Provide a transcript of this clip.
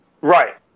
Right